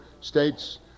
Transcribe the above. states